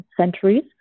centuries